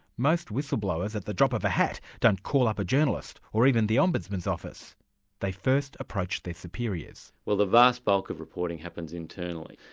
most whistleblowers at the drop of a hat don't call up a journalist, or even the ombudsman's office they first approach their superiors. well the vast bulk of reporting happens internally.